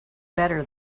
better